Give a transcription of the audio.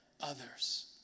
others